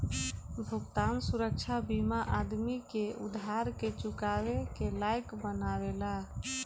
भुगतान सुरक्षा बीमा आदमी के उधार के चुकावे के लायक बनावेला